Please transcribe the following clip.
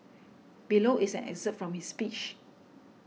below is an excerpt from his speech